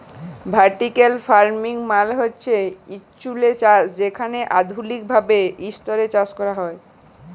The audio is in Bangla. ভার্টিক্যাল ফারমিং মালে হছে উঁচুল্লে চাষ যেখালে আধুলিক ভাবে ইসতরে চাষ হ্যয়